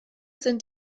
sind